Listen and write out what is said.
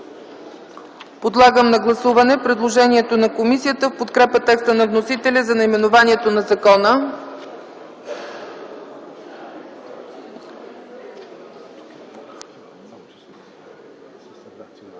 Подлагам на гласуване предложението на комисията в подкрепа текста на вносителя за наименованието на закона.